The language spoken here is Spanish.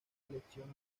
elección